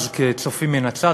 אז כצופים מן הצד,